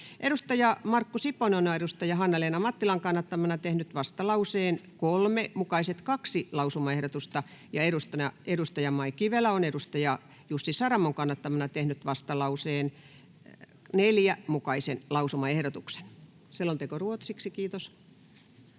Markku Siponen on Hanna-Leena Mattilan kannattamana tehnyt vastalauseen 3 mukaiset kaksi lausumaehdotusta ja Mai Kivelä on Jussi Saramon kannattamana tehnyt vastalauseen 4 mukaisen lausumaehdotuksen. [Speech 5] Speaker: